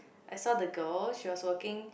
I saw the girl she was working